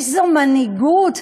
איזו מנהיגות.